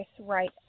right